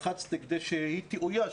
לחצתי כדי שהיא תאויש,